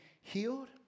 healed